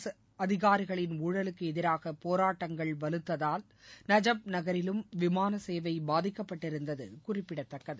அரசு அதிகாரிகளின் ஊழலுக்கு எதிராக போரட்டங்கள் வலுத்ததால் நஜஃப் நகரிலும் விமான சேவை பாதிக்கப்பட்டிருந்தது குறிப்பிடத்தக்கது